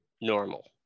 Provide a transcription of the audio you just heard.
normal